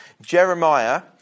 Jeremiah